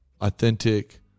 authentic